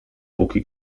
póki